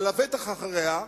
אבל לבטח אחריה,